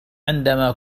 عندما